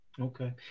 Okay